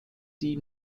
die